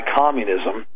communism